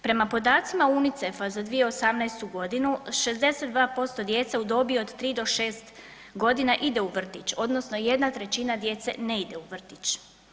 Prema podacima UNICEF-a za 2018.g. 62% djece u dobi od 3 do 6.g. ide u vrtić odnosno 1/3 djece ne ide u vrtić.